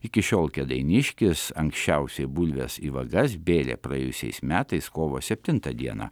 iki šiol kėdainiškis anksčiausiai bulves į vagas bėrė praėjusiais metais kovo septintą dieną